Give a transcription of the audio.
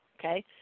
okay